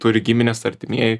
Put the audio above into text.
turi giminės artimieji